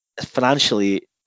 financially